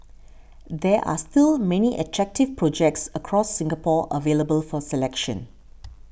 there are still many attractive projects across Singapore available for selection